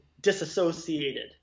disassociated